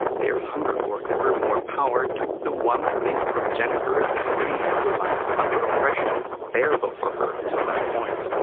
their hunger for ever more power took the one thing from jennifer that had made life under oppression bearable for her until that point.